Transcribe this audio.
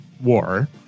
war